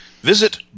visit